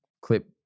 clip